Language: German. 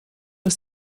ist